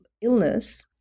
illness